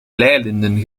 leilinden